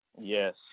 Yes